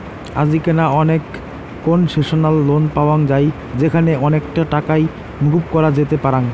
আজিকেনা অনেক concessional loan পাওয়াঙ যাই যেখানে অনেকটা টাকাই মকুব করা যেতে পারাং